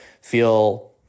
feel